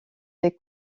les